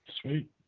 Sweet